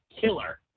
killer